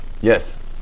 yes